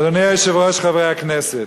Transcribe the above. אדוני היושב-ראש, חברי הכנסת,